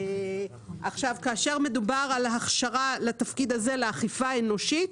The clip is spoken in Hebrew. כאשר מדובר על הכשרה לתפקיד הזה, לאכיפה האנושית,